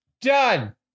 Done